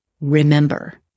remember